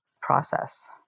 process